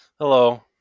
Hello